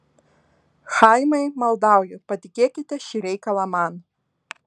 chaimai maldauju patikėkite šį reikalą man